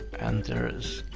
and there's